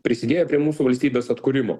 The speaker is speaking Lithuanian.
prisidėjo prie mūsų valstybės atkūrimo